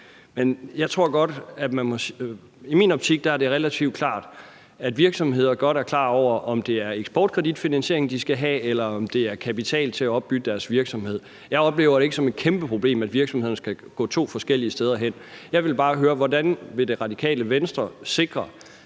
helt legitimt. Men i min optik er det relativt klart, at virksomheder godt er klar over, om det er eksportkreditfinansiering, de skal have, eller om det er kapital til at opbygge deres virksomhed. Jeg oplever det ikke som et kæmpe problem, at virksomhederne skal gå to forskellige steder hen. Jeg vil bare høre, hvordan Radikale Venstre vil sikre,